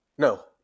No